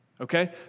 Okay